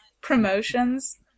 promotions